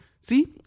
See